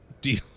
Deal